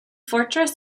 fortress